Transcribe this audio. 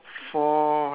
the picture